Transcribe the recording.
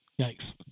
Yikes